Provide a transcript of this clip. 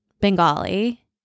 Bengali